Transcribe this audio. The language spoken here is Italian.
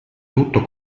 tutto